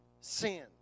sin